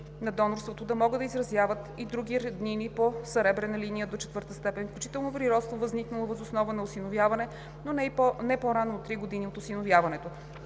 на донорството да могат да изразяват и други роднини по съребрена линия до четвърта степен, включително при родство, възникнало въз основа на осиновяване, но не по-рано от три години от осиновяването.